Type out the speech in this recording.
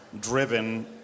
driven